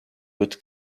would